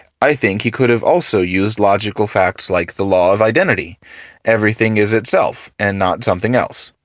i think he could have also used logical facts like the law of identity everything is itself and not something else.